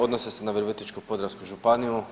Odnose se na Virovitičko-podravsku županiju.